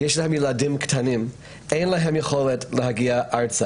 ויש להם ילדים קטנים ואין להם יכולת להגיע ארצה